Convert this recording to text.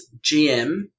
GM